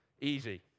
easy